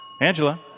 Angela